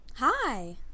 Hi